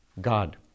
God